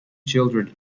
children